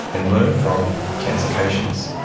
and learn from cancer patients.